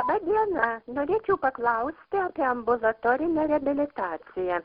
laba diena norėčiau paklausti apie ambulatorinę reabilitaciją